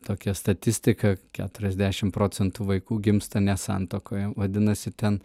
tokią statistiką keturiasdešimt procentų vaikų gimsta ne santuokoje vadinasi ten